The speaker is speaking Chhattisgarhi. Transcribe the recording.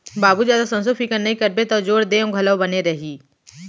बाबू जादा संसो फिकर नइ करबे तौ जोर देंव घलौ बने रही